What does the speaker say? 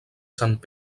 sant